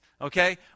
okay